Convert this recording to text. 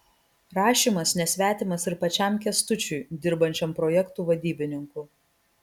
rašymas nesvetimas ir pačiam kęstučiui dirbančiam projektų vadybininku